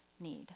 need